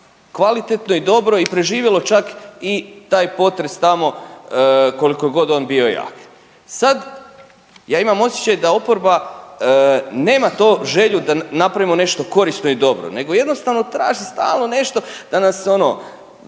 kvalitetno i dobro i preživjelo čak i taj potres tamo koliko god on bio jak. Sad ja imam osjećaj da oporba nema to želju da napravimo nešto korisno i dobro, nego jednostavno traži stalno nešto da nas ono